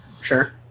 Sure